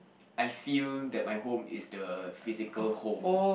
I feel that my home is the physical home